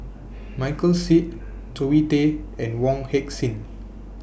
Michael Seet Zoe Tay and Wong Heck Sing